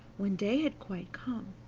when day had quite come,